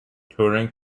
touring